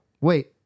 Wait